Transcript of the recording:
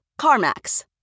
CarMax